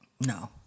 no